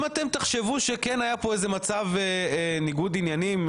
אם אתם תחשבו שכן היה כאן איזה מצב של ניגוד עניינים,